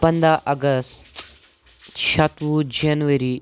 پَنٛداہ اَگست شَتوُہ جَنوَری